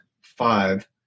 five